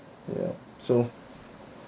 ya so